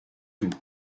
tout